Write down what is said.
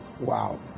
Wow